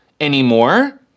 anymore